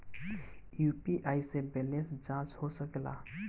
UPI से balance जाँच हो सके ला?